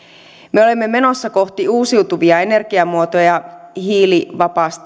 me olemme menossa kohti uusiutuvia energiamuotoja hiilivapaaseen